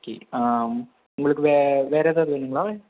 okay உங்களுக்கு வே வேற ஏதாவது வேணுங்களா